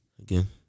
Again